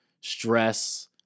stress